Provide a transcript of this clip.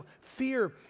fear